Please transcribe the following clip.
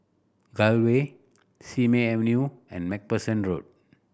Gul Way Simei Avenue and Macpherson Road